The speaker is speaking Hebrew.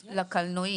האוטובוס.